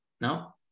No